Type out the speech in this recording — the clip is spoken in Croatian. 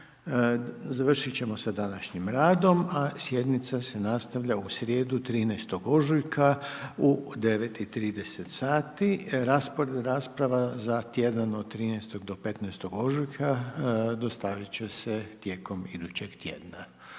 Završit ćemo sa današnjim radom a sjednica se nastavlja u srijedu 13. ožujka u 9 i 30 sati. Raspored rasprava za tjedan od 13. do 15. ožujka dostavit će se tijekom idućeg tjedna.